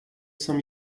sans